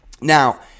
Now